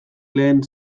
lehen